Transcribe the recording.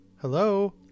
Hello